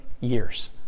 years